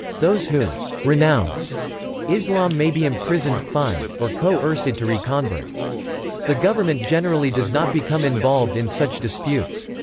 those who renounce islam may be imprisoned, fined, or co-erced to re-convert. the government generally does not become involved in such disputes.